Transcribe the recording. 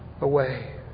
away